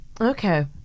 okay